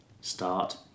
Start